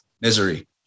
misery